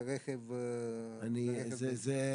באיזה חוג בבקשה?